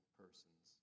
persons